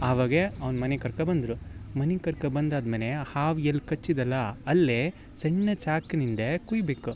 ಆವಾಗೆ ಅವ್ನ ಮನೆಗೆ ಕರ್ಕೊಂಡ್ಬಂದ್ರೆ ಮನೆಗೆ ಕರ್ಕೊ ಬಂದಾದ್ಮೇಲೆ ಹಾವು ಎಲ್ಲ ಕಚ್ಚಿದ್ದಲ ಅಲ್ಲೇ ಸಣ್ಣ ಚಾಕುನಿಂದೇ ಕೊಯ್ಬೇಕ